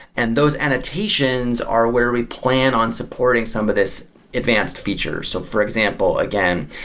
and those annotations are where we plan on supporting some of this advanced feature. so, for example, again,